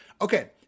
okay